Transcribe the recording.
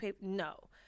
No